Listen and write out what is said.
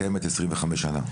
קיימת 25 שנה,